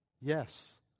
Yes